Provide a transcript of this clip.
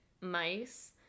mice